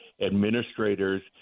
administrators